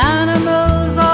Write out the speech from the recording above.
animals